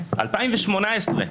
2018,